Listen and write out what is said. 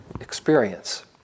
experience